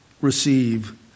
receive